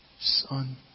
son